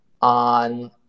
on